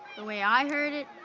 the way i heard it,